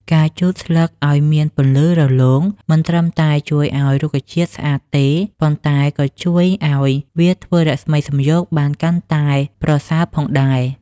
ការជូតស្លឹកឱ្យមានពន្លឺរលោងមិនត្រឹមតែជួយឱ្យរុក្ខជាតិស្អាតទេ ប៉ុន្តែក៏ជួយឱ្យវាធ្វើរស្មីសំយោគបានកាន់តែប្រសើរផងដែរ។